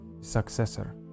successor